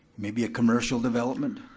maybe a commercial development,